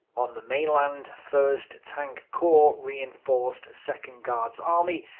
on the mainland, first tank corps reinforced second guards army,